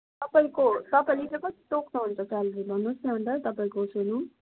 तपाईँको तपाईँले चाहिँ कति तोक्नु हुन्छ स्यालेरी भन्नुहोस् न अन्त तपाईँको सुनौँ